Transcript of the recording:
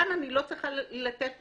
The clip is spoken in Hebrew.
כאן אני לא צריכה לתת פרשנות,